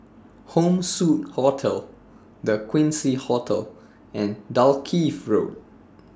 Home Suite Hotel The Quincy Hotel and Dalkeith Road